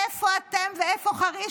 איפה אתם ואיפה חריש?